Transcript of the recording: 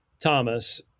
Thomas